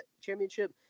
championship